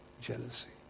jealousy